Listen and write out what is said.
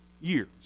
years